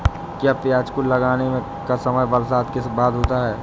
क्या प्याज को लगाने का समय बरसात के बाद होता है?